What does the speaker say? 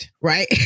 right